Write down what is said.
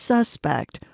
Suspect